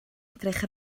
edrych